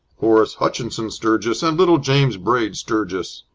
horace hutchinson sturgis, and little james braid sturgis.